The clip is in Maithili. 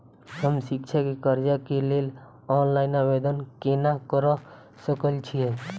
हम शिक्षा केँ कर्जा केँ लेल ऑनलाइन आवेदन केना करऽ सकल छीयै?